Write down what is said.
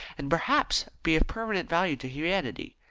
and perhaps be of permanent value to humanity.